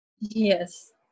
yes